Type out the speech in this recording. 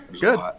good